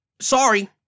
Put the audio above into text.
Sorry